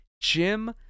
Jim